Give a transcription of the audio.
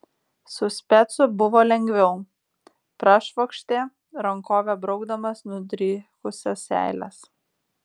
su specu buvo lengviau prašvokštė rankove braukdamas nudrykusias seiles